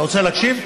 אתה רוצה להקשיב?